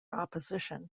opposition